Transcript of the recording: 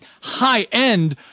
high-end